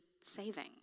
saving